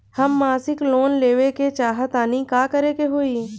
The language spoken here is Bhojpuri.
हम मासिक लोन लेवे के चाह तानि का करे के होई?